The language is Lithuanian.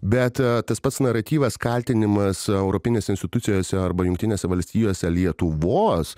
bet tas pats naratyvas kaltinimas europinėse institucijose arba jungtinėse valstijose lietuvos